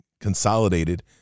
consolidated